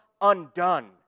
undone